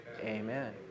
Amen